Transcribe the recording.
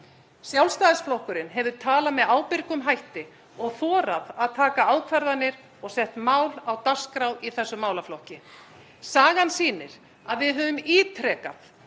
Sjálfstæðisflokkurinn hefur talað með ábyrgum hætti og þorað að taka ákvarðanir og sett mál á dagskrá í þessum málaflokki. Sagan sýnir að við höfum ítrekað